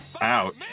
Out